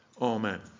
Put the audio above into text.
Amen